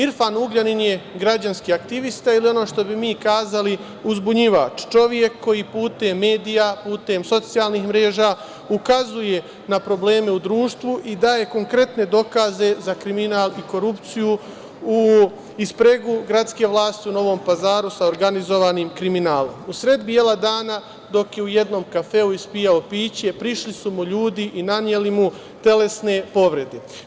Irfan Ugljanin je građanski aktivista ili ono što bi mi kazali – uzbunjivač, čovek koji putem medija, putem socijalnih mreža, ukazuje na probleme u društvu i daje konkretne dokaze za kriminal i korupciju i spregu gradske vlasti u Novom Pazaru sa organizovanim kriminalom, usred bela dana, dok je u jednom kafeu ispijao piće, prišli su mu ljudi i naneli mu telesne povrede.